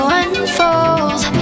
unfold